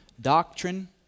doctrine